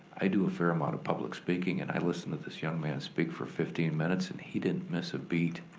i do a fair amount of public speaking and i listened to this young man speak for fifteen minutes and he didn't miss a beat.